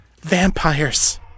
Vampires